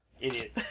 idiot